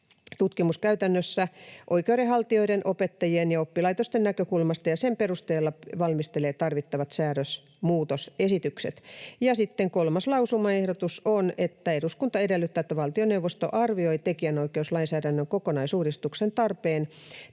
tutkimuskäytännössä oikeudenhaltijoiden, opettajien ja oppilaitosten näkökulmasta ja sen perusteella valmistelee tarvittavat säädösmuutosesitykset.” Kolmas lausumaehdotus on: ”Eduskunta edellyttää, että valtioneuvosto arvioi tekijänoikeuslainsäädännön kokonaisuudistuksen tarpeen